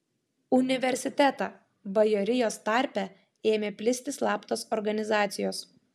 universitetą bajorijos tarpe ėmė plisti slaptos organizacijos